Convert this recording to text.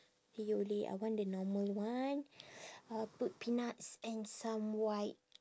yole I want the normal one uh put peanuts and some white